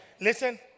listen